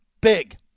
big